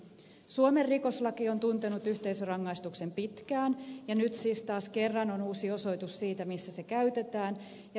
suomen rikoslaki on tuntenut yhteisörangaistuksen pitkään ja nyt siis taas kerran on uusi osoitus siitä missä sitä käytetään